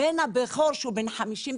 הבן הבכור שהוא בן 55,